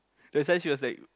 that is why she was like